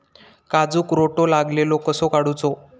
काजूक रोटो लागलेलो कसो काडूचो?